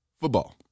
football